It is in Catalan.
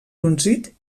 brunzit